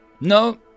No